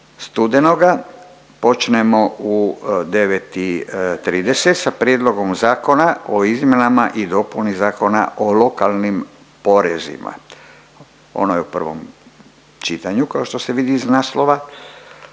studenoga počnemo u 9,30 sa Prijedlogom zakona o izmjenama i dopuni Zakona o lokalnim porezima. Ono je u prvom čitanju kao što se vidi iz naslova,